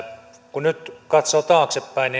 kun nyt katsoo taaksepäin